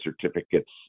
certificates